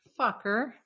fucker